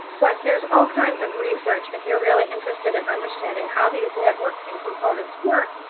but there's all kinds of research. if you're really interested in understanding how these networks and components work,